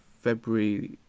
February